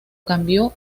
cambió